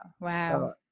Wow